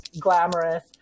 glamorous